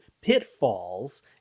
pitfalls